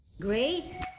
Great